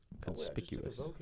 Conspicuous